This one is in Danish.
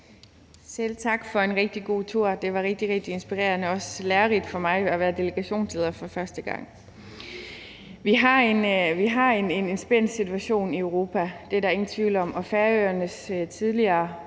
Selv tak for en rigtig god tur, det var rigtig, rigtig inspirerende og også lærerigt for mig at være delegationsleder for første gang. Vi har en spændt situation i Europa, det er der ingen tvivl om, og Færøernes tidligere